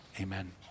Amen